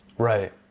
Right